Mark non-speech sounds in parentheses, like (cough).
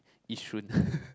yishun (laughs)